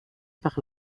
par